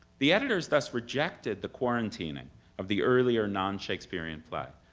the editors thus rejected the quarantining of the earlier non-shakespearean play,